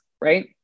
right